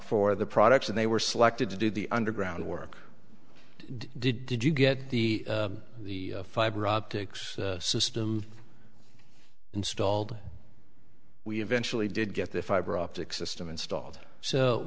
for the products and they were selected to do the underground work did you get the the fiberoptics system installed we eventually did get the fiber optic system installed